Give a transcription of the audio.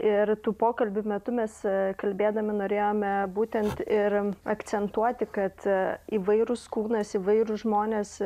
ir tų pokalbių metu mes kalbėdami norėjome būtent ir akcentuoti kad įvairūs kūnas įvairūs žmonės